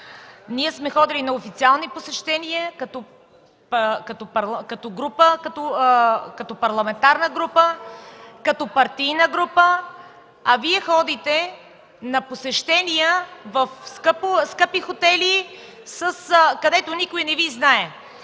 ние сме ходили на официални посещения като парламентарна група, като партийна група. Вие ходите на посещения в скъпи хотели, където никой не Ви знае.